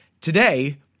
Today